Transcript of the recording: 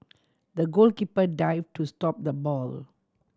the goalkeeper dive to stop the ball